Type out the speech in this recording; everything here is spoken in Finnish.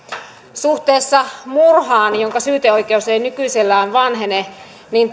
suhteessa murhaan jonka syyteoikeus ei nykyisellään vanhene niin